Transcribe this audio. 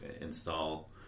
install